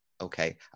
okay